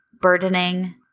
burdening